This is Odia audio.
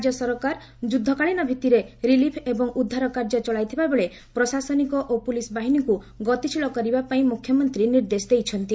ରାଜ୍ୟ ସରକାର ଯୁଦ୍ଧକାଳୀନ ଭିତ୍ତିରେ ରିଲିଫ୍ ଏବଂ ଉଦ୍ଧାର କାର୍ଯ୍ୟ ଚଳାଇଥିବାବେଳେ ପ୍ରଶାସନିକ ଓ ପୁଲିସ୍ ବାହିନୀକୁ ଗତିଶୀଳ କରିବାପାଇଁ ମୁଖ୍ୟମନ୍ତ୍ରୀ ନିର୍ଦ୍ଦେଶ ଦେଇଛନ୍ତି